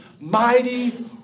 mighty